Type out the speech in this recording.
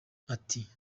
ati